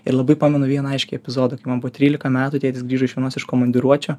ir labai pamenu vieną aiškiai epizodą kai man buvo trylika metų tėtis grįžo iš vienos iš komandiruočių